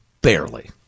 Barely